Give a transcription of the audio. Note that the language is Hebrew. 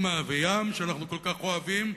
אמא וים,